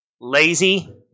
lazy